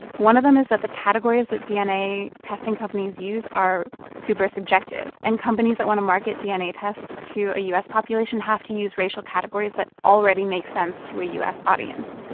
one of them is that the categories that dna testing companies use are super subjective. and companies that want to market dna tests to a u s. population have to use racial categories that already make sense to a u s. audience.